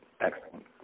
Excellent